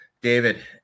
David